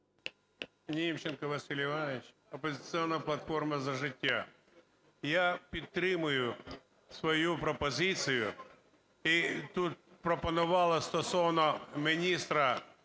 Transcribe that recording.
Німченко Василь Іванович, "Опозиційна платформа – За життя". Я підтримую свою пропозицію, і тут пропонували стосовно міністра